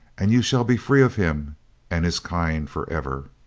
and you shall be free of him and his kind for ever.